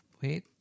Wait